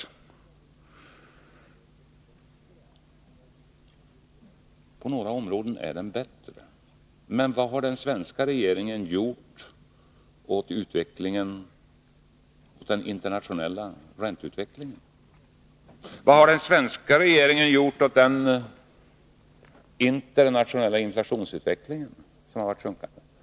Ja, på några områden är den bättre. Men vad har den svenska regeringen gjort åt den internationella ränteutvecklingen? Vad har den svenska regeringen gjort åt den internationella inflationsutvecklingen, som varit sjunkande?